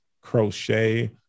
crochet